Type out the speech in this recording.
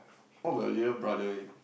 what about your little brother